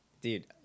Dude